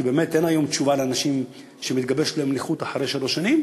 כי באמת אין היום תשובה לאנשים שמתגבשת להם נכות אחרי שלוש שנים.